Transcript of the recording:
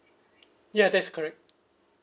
ya that is correct